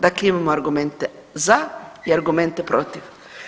Dakle, imamo argumente za i argumente protiv.